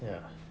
ya